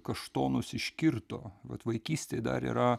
kaštonus iškirto vat vaikystėj dar yra